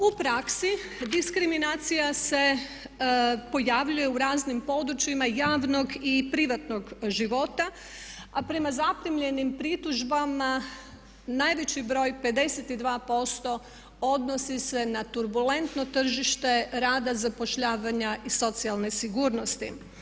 U praksi diskriminacija se pojavljuje u raznim područjima javnog i privatnog života, a prema zaprimljenim pritužbama najveći broj 52% odnosi se na turbulentno tržište rada, zapošljavanja i socijalne sigurnosti.